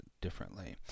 differently